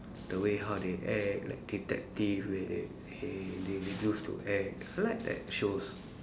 the way how they act like detective where they they they used to act I like that shows